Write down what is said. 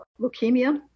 leukemia